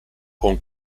con